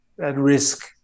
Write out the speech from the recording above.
at-risk